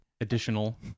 additional